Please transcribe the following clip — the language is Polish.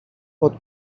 pod